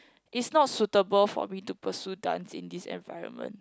is not suitable for me to pursue dance in this environment